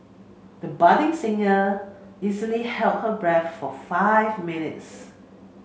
the budding singer easily held her breath for five minutes